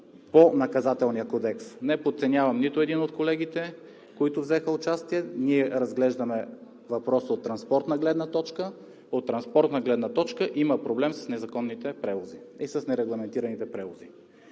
Правната. Не подценявам нито един от колегите, които взеха участие. Ние разглеждаме въпроса от транспортна гледна точка. От транспортна гледна точка има проблем с незаконните и с нерегламентираните превози.